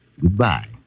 Goodbye